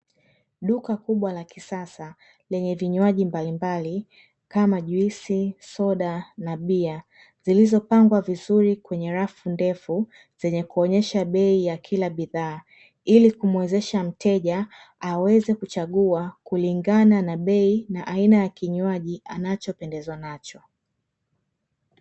Duka kubwa la kisasa , lenye vinywaji mbalimbali, kama juisi, soda na bia, zilizopangwa vizuri kwenye rafu ndefu, zenye kuonyesha bei za kila bidhaa, ili kumuwezesha mteja aweze kuchagua kulingana na bei na aina ya kinywaji anacho pendezwa nacho.